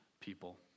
people